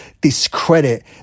discredit